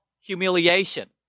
humiliation